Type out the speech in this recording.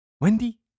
Wendy